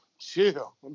Chill